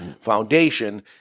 Foundation